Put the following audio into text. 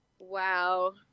Wow